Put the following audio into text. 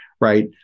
right